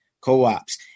co-ops